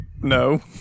no